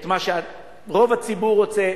את מה שרוב הציבור רוצה,